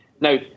Now